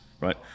right